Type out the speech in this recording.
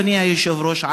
אדוני היושב-ראש,